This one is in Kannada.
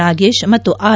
ನಾಗೇಶ್ ಮತ್ತು ಆರ್